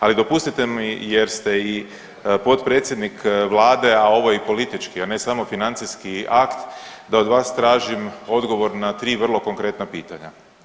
Ali dopustite mi jer ste i potpredsjednik Vlade a ovo je i politički, ne samo financijski akt da od vas tražim odgovor na tri vrlo konkretna pitanja.